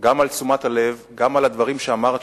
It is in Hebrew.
גם על תשומת הלב וגם על הדברים שאמרת,